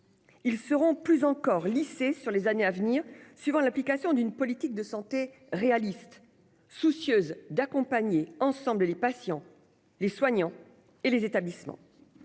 Ils seront, plus encore, lissés sur les années à venir, selon une politique de santé réaliste, soucieuse d'accompagner ensemble les patients, les soignants et les établissements.